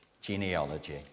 genealogy